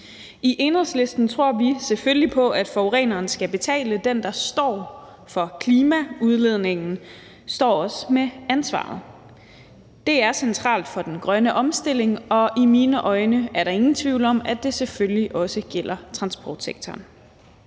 I Enhedslisten tror vi selvfølgelig på, at forureneren skal betale. Den, der står for klimaudledningen, står også med ansvaret. Det er centralt for den grønne omstilling, og i mine øjne er der ingen tvivl om, at det selvfølgelig også gælder transportsektoren.